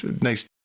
nice